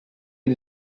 you